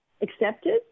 accepted